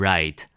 Right